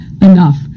enough